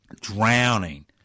drowning